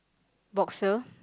boxer